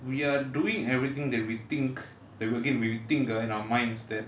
we are doing everything that we think that again we we think ah in our minds that